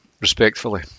respectfully